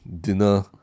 dinner